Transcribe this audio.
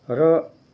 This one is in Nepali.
र